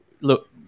Look